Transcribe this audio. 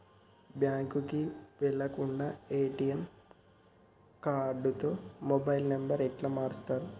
బ్యాంకుకి వెళ్లకుండా ఎ.టి.ఎమ్ కార్డుతో మొబైల్ నంబర్ ఎట్ల మారుస్తరు?